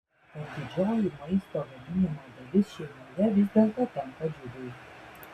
tad didžioji maisto gaminimo dalis šeimoje vis dėlto tenka džiugui